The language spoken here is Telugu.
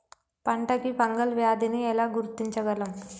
పంట కి ఫంగల్ వ్యాధి ని ఎలా గుర్తించగలం?